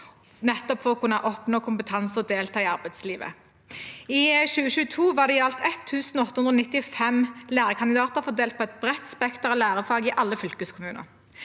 å kunne oppnå kompetanse og delta i arbeidslivet. I 2022 var det i alt 1 895 lærekandidater fordelt på et bredt spekter av lærefag i alle fylkeskommuner.